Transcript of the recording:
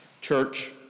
church